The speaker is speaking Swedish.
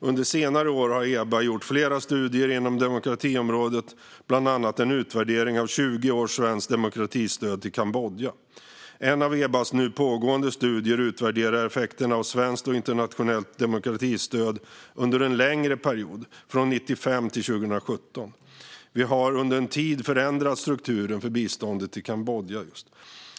Under senare år har EBA gjort flera studier inom demokratiområdet, bland annat en utvärdering av 20 års svenskt demokratistöd till Kambodja. En av EBA:s nu pågående studier utvärderar effekterna av svenskt och internationellt demokratistöd under en längre period, från 1995 till 2017. Vi har under en tid förändrat strukturen för biståndet till Kambodja.